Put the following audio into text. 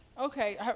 Okay